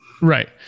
Right